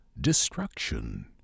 destruction